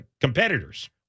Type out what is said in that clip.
competitors